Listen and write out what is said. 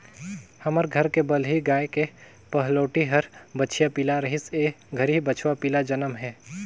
हमर घर के बलही गाय के पहलोठि हर बछिया पिला रहिस ए घरी बछवा पिला जनम हे